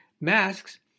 masks